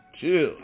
Chill